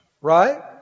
right